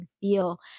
feel